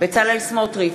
בצלאל סמוטריץ,